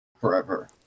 forever